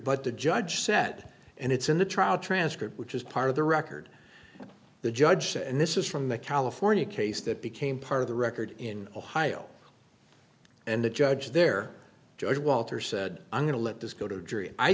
but the judge said and it's in the trial transcript which is part of the record the judge said and this is from the california case that became part of the record in ohio and the judge there judge walter said i'm going to let this go to a jury